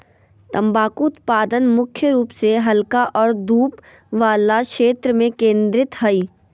तम्बाकू उत्पादन मुख्य रूप से हल्का और धूप वला क्षेत्र में केंद्रित हइ